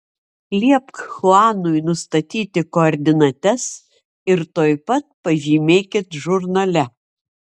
liepk chuanui nustatyti koordinates ir tuoj pat pažymėkit žurnale